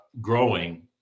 growing